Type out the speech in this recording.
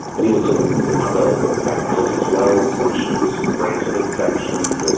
we also looked at other factors as well such as rates of infection,